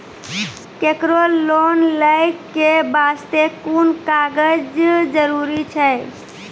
केकरो लोन लै के बास्ते कुन कागज जरूरी छै?